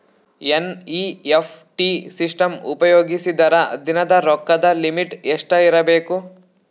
NEFT system ಉಪಯೋಗಿಸಿದರ ದಿನದ ರೊಕ್ಕದ ಲಿಮಿಟ್ ಎಷ್ಟ ಇರಬೇಕು?